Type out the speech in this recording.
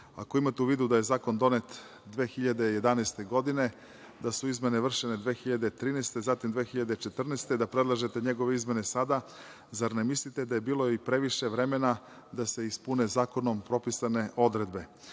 imate u vidu da je zakon donet 2011. godine, da su izmene vršene 2013, zatim 2014. godine, da predlažete njegove izmene sada, zar ne mislite da je bilo i previše vremena da se ispune zakonom propisane odredbe?